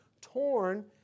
torn